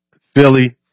Philly